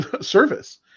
service